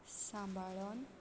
सांबाळोन